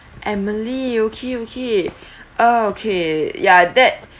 emily okay okay uh okay ya that